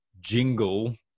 jingle